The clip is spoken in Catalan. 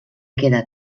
queda